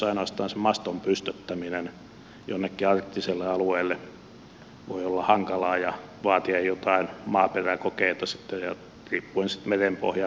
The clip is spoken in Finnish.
ainoastaan sen maston pystyttäminen jonnekin arktiselle alueelle voi olla hankalaa ja vaatia jotain maaperäkokeita sitten ja riippuen merenpohjan tilasta